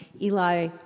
Eli